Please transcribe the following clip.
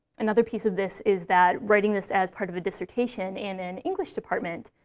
another piece of this is that writing this as part of a dissertation in an english department,